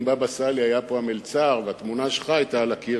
אם בבא סאלי היה פה המלצר והתמונה שלך היתה על הקיר,